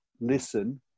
listen